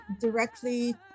directly